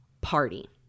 party